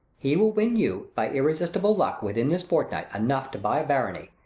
he will win you, by unresistible luck, within this fortnight, enough to buy a barony.